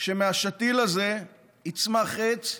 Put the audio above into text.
שמהשתיל הזה יצמח עץ,